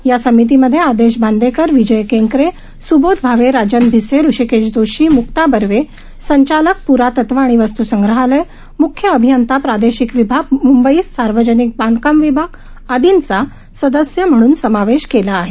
या समितीमध्ये आदेश बांदेकर विजय केंकरे स्बोध भावे राजन भिसे ऋषिकेश जोशी म्क्ता बर्वे संचालक पुरातत्व आणि वस्तू संग्रहालय मुख्य अभियंता प्रादेशिक विभाग मुंबई सार्वजनिक बांधकाम विभाग आदींचा सदस्य म्हणून समावेश केला आहे